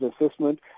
assessment